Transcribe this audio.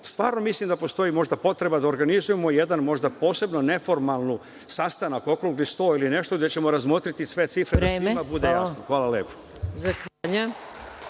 mislim da postoji možda potreba da organizujemo jedan poseban, neformalni sastanak, okrugli sto ili nešto gde ćemo razmotriti sve cifre da svima bude jasno. Hvala vam.